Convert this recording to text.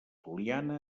oliana